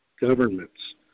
governments